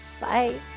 Bye